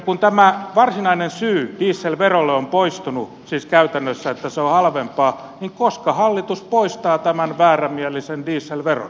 kun tämä varsinainen syy dieselveroon on poistunut siis käytännössä että se on halvempaa niin koska hallitus poistaa tämän väärämielisen dieselveron